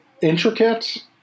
intricate